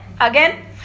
again